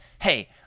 Hey